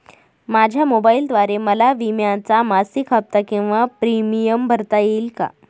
माझ्या मोबाईलद्वारे मला विम्याचा मासिक हफ्ता किंवा प्रीमियम भरता येईल का?